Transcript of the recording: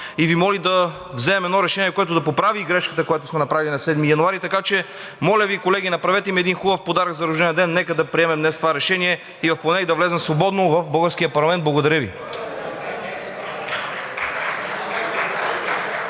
и Ви моли да вземем едно решение, което да поправи грешката, която сме направили на 7 януари 2022 г. Така че, моля Ви, колеги, направете ми един хубав подарък за рождения ден. Нека да приемем днес това решение и в понеделник да влезна свободно в българския парламент. Благодаря Ви.